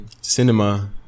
Cinema